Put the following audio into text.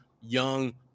young